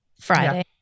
Friday